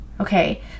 okay